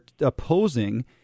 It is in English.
opposing